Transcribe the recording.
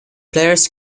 players